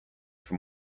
for